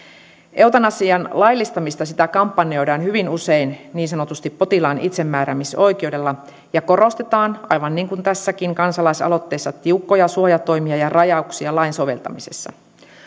eutanasian laillistamista kampanjoidaan hyvin usein niin sanotusti potilaan itsemääräämisoikeudella ja korostetaan aivan niin kuin tässäkin kansalaisaloitteessa tiukkoja suojatoimia ja rajauksia lain soveltamisessa